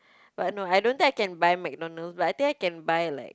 but no I don't think I can buy McDonald's but I think I can buy like